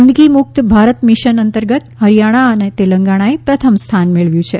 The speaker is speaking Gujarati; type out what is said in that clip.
ગંદકી મુક્ત ભારત મિશન અંતર્ગત હરિયાણા અને તેલંગાણાએ પ્રથમ સ્થાન મેળવ્યું છે